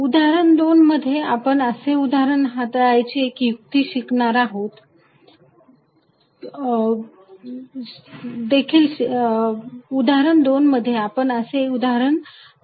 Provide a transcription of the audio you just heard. उदाहरण 2 मध्ये आपण असे उदाहरण हाताळायची एक युक्ती देखील शिकणार आहोत